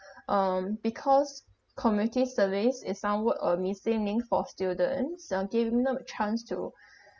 um because community service is somewhat uh may seen mean for students uh giving them a chance to